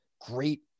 great